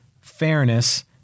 fairness